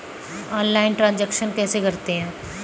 Online transaction कैसे करते हैं?